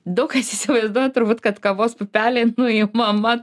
daug kas įsivaizduoja turbūt kad kavos pupelė nuimama